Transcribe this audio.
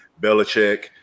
Belichick